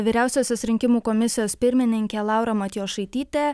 vyriausiosios rinkimų komisijos pirmininkė laura matjošaitytė